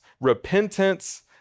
repentance